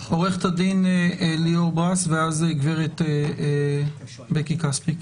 עורכת הדין ליאור ברס ואז הגברת בקי כספי.